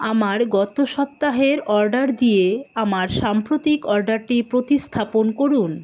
আমার গত সপ্তাহের অর্ডার দিয়ে আমার সাম্প্রতিক অর্ডারটি প্রতিস্থাপন করুন